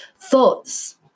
Thoughts